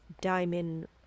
diamond